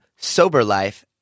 SOBERLIFE